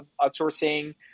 outsourcing